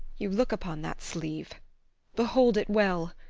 you look upon that sleeve behold it well.